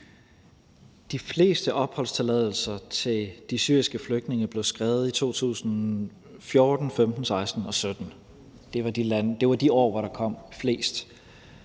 De fleste opholdstilladelser til de syriske flygtninge blev givet i 2014, 2015, 2016 og 2017. Det var i de år, der kom flest.